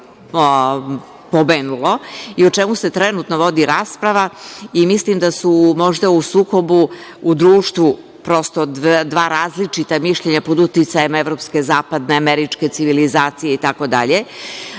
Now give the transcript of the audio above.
i o čemu se trenutno vodi rasprava i mislim da su možda u sukobu u društvu prosto dva različita mišljenja pod uticajem evropske zapadne, američke civilizacije itd. Sam